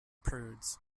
prudes